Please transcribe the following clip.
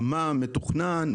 מה מתוכנן,